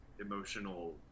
emotional